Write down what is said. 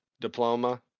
diploma